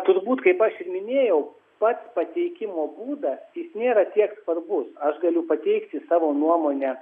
turbūt kaip aš ir minėjau pats pateikimo būdas jis nėra tiek svarbus aš galiu pateikti savo nuomonę